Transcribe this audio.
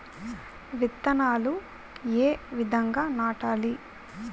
విత్తనాలు ఏ విధంగా నాటాలి?